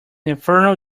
inferno